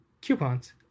Coupons